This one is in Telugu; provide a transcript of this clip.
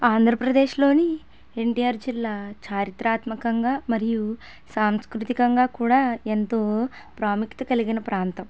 ఆంధ్రప్రదేశ్లోని ఎన్ టీ ఆర్ జిల్లా చారిత్రాత్మకంగా మరియు సాంస్కృతికంగా కూడా ఎంతో ప్రాముఖ్యత కలిగిన ప్రాంతం